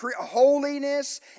holiness